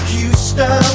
Houston